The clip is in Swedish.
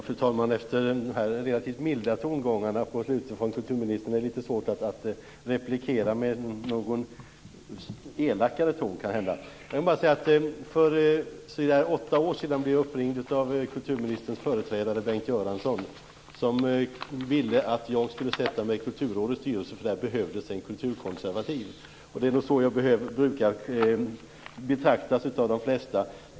Fru talman! Efter dessa relativt milda tongångarna från kulturministern är det litet svårt att replikera med någon elakare ton. För omkring åtta år sedan blev jag uppringd av kulturministerns företrädare Bengt Göransson som ville att jag skulle ta plats i Kulturrådets styrelse, eftersom det där behövdes en kulturkonservativ person. Det är nog på det sättet som jag brukar betraktas av de flesta.